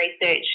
research